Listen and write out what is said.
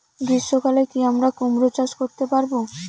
গ্রীষ্ম কালে কি আমরা কুমরো চাষ করতে পারবো?